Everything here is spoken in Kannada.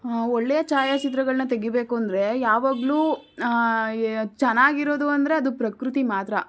ಒಳ್ಳೆಯ ಛಾಯಾಚಿತ್ರಗಳನ್ನ ತೆಗಿಬೇಕು ಅಂದರೆ ಯಾವಾಗಲೂ ಚೆನ್ನಾಗಿರೋದು ಅಂದರೆ ಅದು ಪ್ರಕೃತಿ ಮಾತ್ರ